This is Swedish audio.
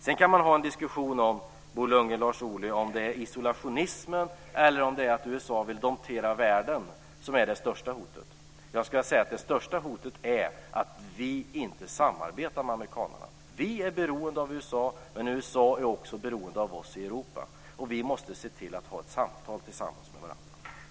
Sedan kan man, Bo Lundgren och Lars Ohly, föra en diskussion om ifall det är isolationismen eller ifall det är att USA vill domptera världen som är det största hotet. Men det största hotet är att vi inte samarbetar med amerikanarna. Vi är beroende av USA, men USA är också beroende av oss i Europa. Vi måste se till att föra ett samtal med varandra.